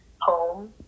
home